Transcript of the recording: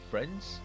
Friends